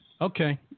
Okay